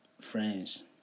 friends